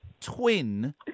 twin